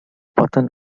button